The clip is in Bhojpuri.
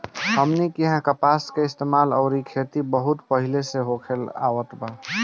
हमनी किहा कपास के इस्तेमाल अउरी खेती बहुत पहिले से ही होखत आवता